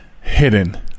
hidden